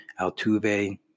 Altuve